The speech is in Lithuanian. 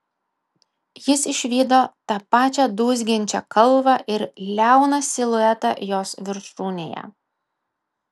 jis išvydo tą pačią dūzgiančią kalvą ir liauną siluetą jos viršūnėje